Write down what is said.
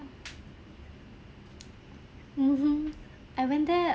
mmhmm I went there